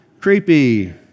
Creepy